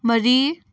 ꯃꯔꯤ